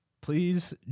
Please